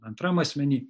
antram asmeny